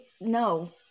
no